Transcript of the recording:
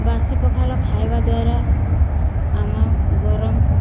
ବାସି ପଖାଲ ଖାଇବା ଦ୍ୱାରା ଆମ ଗରମ